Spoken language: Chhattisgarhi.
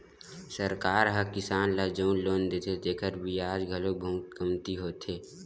सरकार ह किसान ल जउन लोन देथे तेखर बियाज घलो बहुते कमती होथे